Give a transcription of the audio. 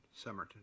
Summerton